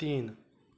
तीन